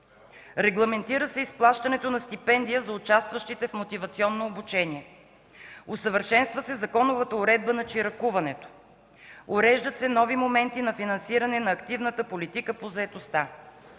Регламентира се изплащането на стипендия за участващите в мотивационно обучение. Усъвършенства се законовата уредба на чиракуването. Уреждат се нови моменти на финансиране на активната политика по заетостта.